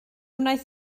wnaeth